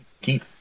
keep